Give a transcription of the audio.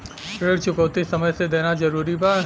ऋण चुकौती समय से देना जरूरी बा?